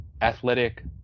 athletic